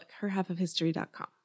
herhalfofhistory.com